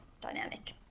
dynamic